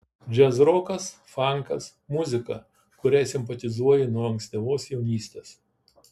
džiazrokas fankas muzika kuriai simpatizuoju nuo ankstyvos jaunystės